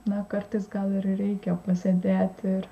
na kartais gal ir reikia pasėdėti ir